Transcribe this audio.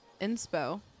inspo